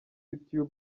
youtube